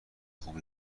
خوب